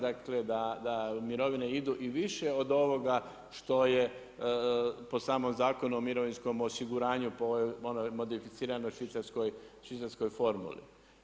Dakle, da mirovine idu i više od ovoga što je po samom Zakonu o mirovinskom osiguranju, po onoj modificiranoj švicarskoj formuli.